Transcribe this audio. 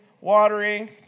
watering